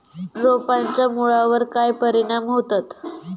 रोपांच्या मुळावर काय परिणाम होतत?